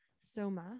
soma